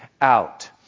out